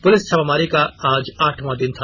police छापामारी का आज आठवां दिन था